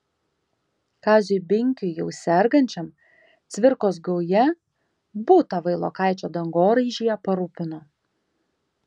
kaziui binkiui jau sergančiam cvirkos gauja butą vailokaičio dangoraižyje parūpino